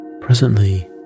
Presently